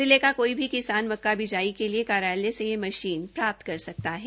जिले का कोई भी किसान मक्का बिजाई के लिए कार्यालय ने यह मशीन प्राप्त कर सकता है